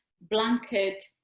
blanket